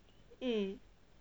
mm